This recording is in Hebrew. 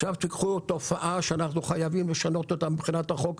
עכשיו תיקחו תופעה שאנחנו חייבים לשנות אותה מבחינת החוק,